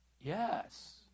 Yes